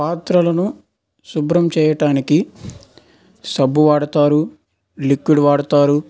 పాత్రలను శుభ్రం చేయటానికి సబ్బు వాడతారు లిక్విడ్ వాడతారు